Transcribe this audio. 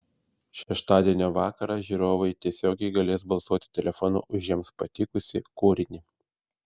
šeštadienio vakarą žiūrovai tiesiogiai galės balsuoti telefonu už jiems patikusį kūrinį